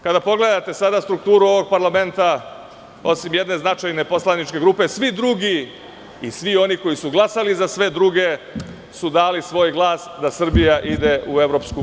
Kada pogledate strukturu ovog parlamenta osim jedne značajne poslaničke grupe, svi drugi i svi oni koji su glasali za sve druge su dali svoj glas da Srbija ide u EU.